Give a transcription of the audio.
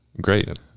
Great